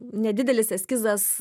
nedidelis eskizas